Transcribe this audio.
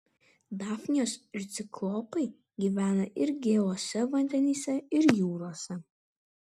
dafnijos ir ciklopai gyvena ir gėluose vandenyse ir jūrose